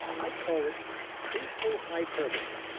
i call it truthful hyperbole.